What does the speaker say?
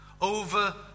over